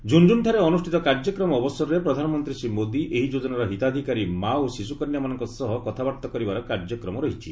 ଝୁନ୍ଝୁନ୍ଠାରେ ଅନୁଷ୍ଠିତ କାର୍ଯ୍ୟକ୍ରମ ଅବସରରେ ପ୍ରଧାନମନ୍ତ୍ରୀ ଶ୍ରୀ ମୋଦି ଏହି ଯୋଜନାର ହିତାଧିକାରୀ ମା ଓ ଶିଶୁକନ୍ୟାମାନଙ୍କ ସହ କଥାବାର୍ତ୍ତା କରିବାର କାର୍ଯ୍ୟକ୍ରମ ରହିଛି